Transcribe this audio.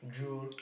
drool